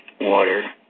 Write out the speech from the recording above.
water